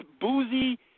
boozy